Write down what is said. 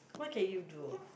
what can you do